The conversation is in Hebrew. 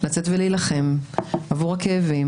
לצאת ולהילחם עבור הכאבים,